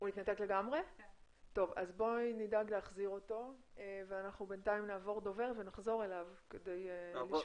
נדאג להחזיר אותו ואנחנו בינתיים נעבור דובר ונחזור אליו כדי לשמוע.